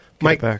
Mike